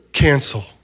Cancel